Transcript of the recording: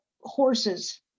Horses